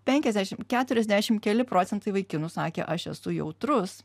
penkiasdešim keturiasdešim keli procentai vaikinų sakė aš esu jautrus